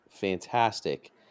fantastic